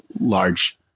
large